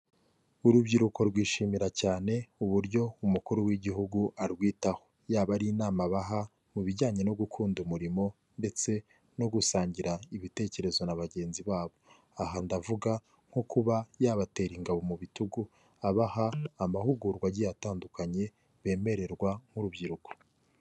Arubyiruko rwishimira cyane, uburyo umukuru w'igihugu arwitaho, yaba ari inama abaha, mu bijyanye no gukunda umurimo, ndetse no gusangira ibitekerezo na bagenzi babo. Aha ndavuga, nko kuba yabatera ingabo mu bitugu, abaha amahugurwa agiye atandukanye, bemererwa nk'urubyiruko.